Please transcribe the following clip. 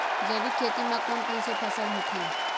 जैविक खेती म कोन कोन से फसल होथे?